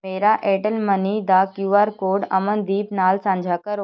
ਮੇਰਾ ਏਅਰਟੈੱਲ ਮਨੀ ਦਾ Q R code Amandeep ਨਾਲ ਸਾਂਝਾ ਕਰੋ